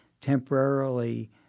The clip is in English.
temporarily